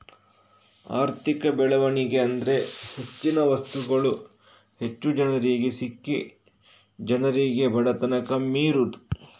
ಆರ್ಥಿಕ ಬೆಳವಣಿಗೆ ಅಂದ್ರೆ ಹೆಚ್ಚಿನ ವಸ್ತುಗಳು ಹೆಚ್ಚು ಜನರಿಗೆ ಸಿಕ್ಕಿ ಜನರಿಗೆ ಬಡತನ ಕಮ್ಮಿ ಇರುದು